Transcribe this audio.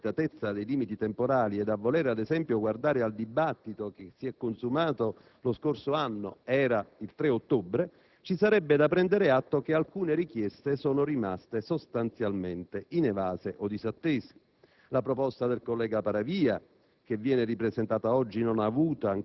Nel tentativo, però, di operare comunque una ricognizione, pur nella limitatezza dei limiti temporali, e a volere guardare, ad esempio, al dibattito che si è consumato lo scorso anno (era il 3 ottobre), ci sarebbe da prendere atto che alcune richieste sono rimaste sostanzialmente inevase o disattese.